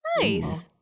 nice